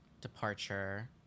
departure